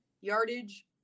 yardage